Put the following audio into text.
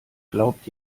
glaubt